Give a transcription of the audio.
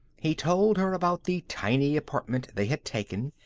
he told her about the tiny apartment they had taken,